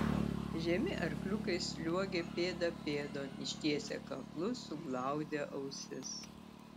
žemi arkliukai sliuogė pėda pėdon ištiesę kaklus suglaudę ausis